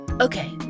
Okay